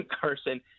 Carson